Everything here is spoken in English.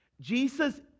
Jesus